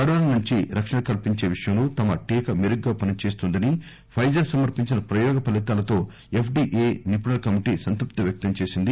corona నుంచి రక్షణ కల్పించే విషయంలో తమ టీకా మెరుగ్గా పనిచేస్తోందని పైజర్ సమర్పించిన ప్రయోగ ఫలితాలతో ఎఫ్డీఏ నిపుణుల కమిటీ సంతృప్తి వ్యక్తం చేసింది